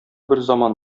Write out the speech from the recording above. берзаман